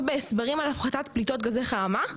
בהסברים על הפחתת פליטות גזי חממה,